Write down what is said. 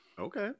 okay